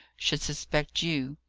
should suspect you.